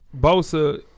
Bosa